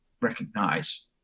recognize